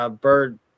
bird